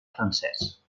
francès